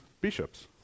bishops